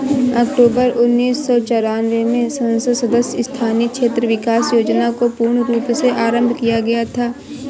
अक्टूबर उन्नीस सौ चौरानवे में संसद सदस्य स्थानीय क्षेत्र विकास योजना को पूर्ण रूप से आरम्भ किया गया था